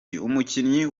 umukinnyi